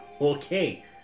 Okay